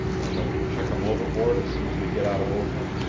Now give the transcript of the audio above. shall we chuck em overboard as soon as we get out of oakland?